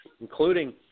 including